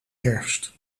herfst